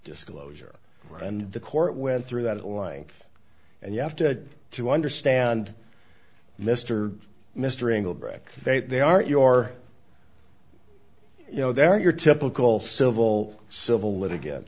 disclosure and the court went through that life and you have to to understand mr mr ingle brick they are your you know they're your typical civil civil litigation